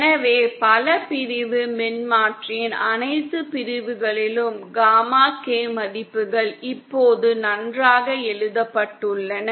எனவே பல பிரிவு மின்மாற்றியின் அனைத்து பிரிவுகளிலும் காமா K மதிப்புகள் இப்போது நன்றாக எழுதப்பட்டுள்ளன